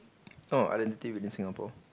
oh identity with Singapore